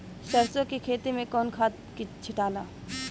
सरसो के खेती मे कौन खाद छिटाला?